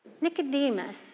Nicodemus